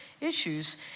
issues